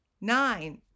Nine